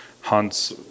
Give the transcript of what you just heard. hunts